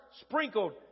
sprinkled